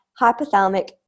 hypothalamic